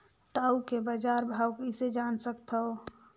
टाऊ के बजार भाव कइसे जान सकथव?